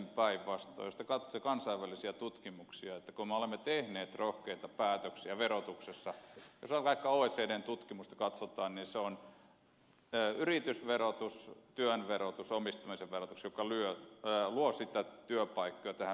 jos te katsotte kansainvälisiä tutkimuksia niin kun me olemme tehneet rohkeita päätöksiä verotuksessa jos vaikka oecdn tutkimusta katsotaan niin ne ovat yritysverotus työn verotus omistamisen verotus jotka luovat työpaikkoja tähän suomeen